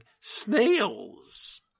snails